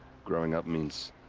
growing up means.